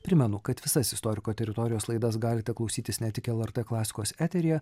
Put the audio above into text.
primenu kad visas istoriko teritorijos laidas galite klausytis ne tik lrt klasikos eteryje